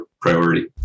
priority